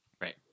Right